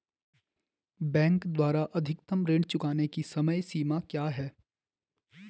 Bank द्वारा अधिकतम ऋण चुकाने की समय सीमा क्या है?